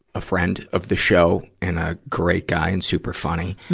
a friend of the show and a great guy and super funny,